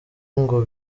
ngo